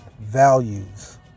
values